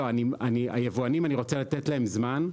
לא, אני רוצה לתת ליבואנים זמן.